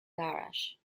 garage